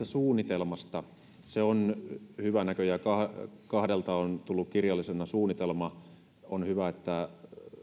suunnitelmasta se on hyvä että näköjään kahdelta on tullut kirjallisena suunnitelma on hyvä että